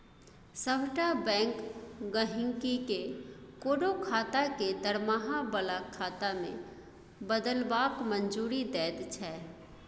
सभटा बैंक गहिंकी केँ कोनो खाता केँ दरमाहा बला खाता मे बदलबाक मंजूरी दैत छै